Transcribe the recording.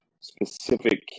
specific